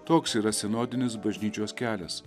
toks yra sinodinės bažnyčios kelias